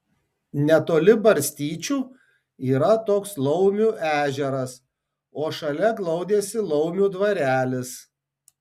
netoli barstyčių yra toks laumių ežeras o šalia glaudėsi laumių dvarelis